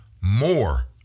more